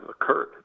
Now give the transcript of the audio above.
occurred